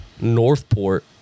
northport